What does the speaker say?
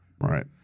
Right